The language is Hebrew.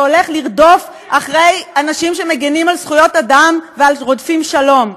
והולך לרדוף אחרי אנשים שמגינים על זכויות אדם ועל רודפי שלום?